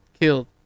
killed